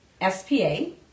S-P-A